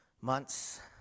months